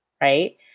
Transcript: Right